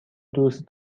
دوست